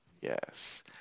Yes